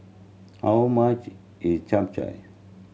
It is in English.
how much is Chap Chai